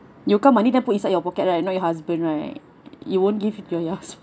you come money then put inside your pocket right not your husband right you won't give it to your husband